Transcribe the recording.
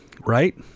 right